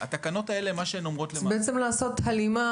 מה שהתקנות האלה אומרות --- זה לעשות הלימה